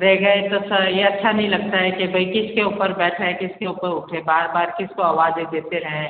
रह गए तो सर ये अच्छा नहीं लगता है कि भाई किस के ऊपर बैठे किस के ऊपर उठे बार बार किस को आवाज़ें देते रहे